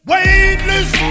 Weightless